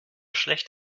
schlecht